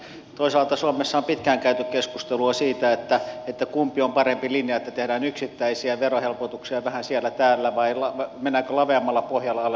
toisaalta suomessa on pitkään käyty keskustelua siitä kumpi on parempi linja tehdäänkö yksittäisiä verohelpotuksia vähän siellä täällä vai mennäänkö laveammalla pohjalla alennetaan verokantoja